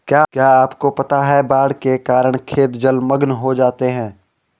क्या आपको पता है बाढ़ के कारण खेत जलमग्न हो जाते हैं?